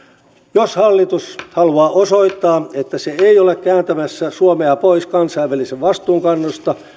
jos hallitus haluaa osoittaa että se ei ole kääntämässä suomea pois kansainvälisen vastuun kannosta